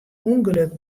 ûngelok